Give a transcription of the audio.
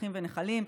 שפכים ונחלים,